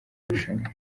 rushanwa